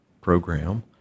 program